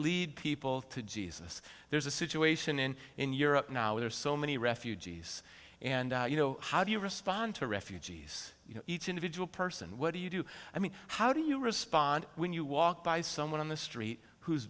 lead people to jesus there's a situation in in europe now there's so many refugees and you know how do you respond to refugees each individual person what do you do i mean how do you respond when you walk by someone on the street who